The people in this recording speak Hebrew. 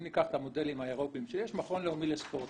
אם ניקח את המודלים האירופאיים שיש מכון לאומי לספורט,